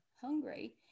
hungry